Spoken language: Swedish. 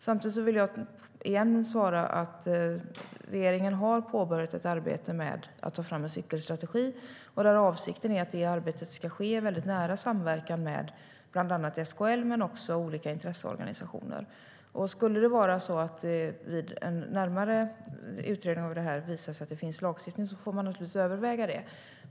Samtidigt vill jag igen svara att regeringen har påbörjat ett arbete med att ta fram en cykelstrategi. Avsikten är att arbetet ska ske i nära samverkan med bland annat SKL men också olika intresseorganisationer. Skulle det vid en närmare utredning av detta visa sig att det behövs en ändrad lagstiftning får man naturligtvis överväga det.